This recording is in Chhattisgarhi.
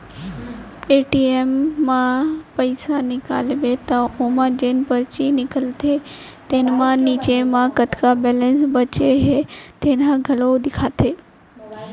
ए.टी.एम म पइसा निकालबे त ओमा जेन परची निकलथे तेन म नीचे म कतका बेलेंस बाचे हे तेन ह घलोक देखाथे